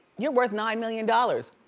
you're worth nine million dollars.